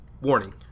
Warning